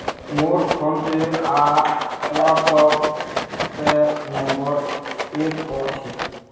मोर फोनपे आर WhatsApp number एक क छेक